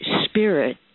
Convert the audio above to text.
spirit